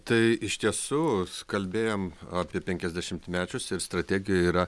tai iš tiesų kalbėjom apie penkiasdešimtmečius ir strategijoj yra